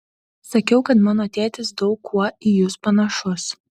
sakiau kad mano tėtis daug kuo į jus panašus